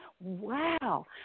Wow